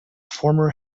former